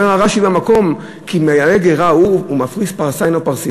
אומר רש"י במקום: כי מעלה גרה הוא ופרסה אינו מפריס,